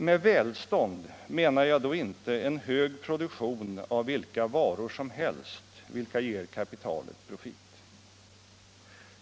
Med välstånd menar jag då inte en hög produktion av vilka varor som helst, vilka ger kapitalet profit.